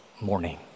morning